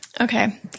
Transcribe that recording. Okay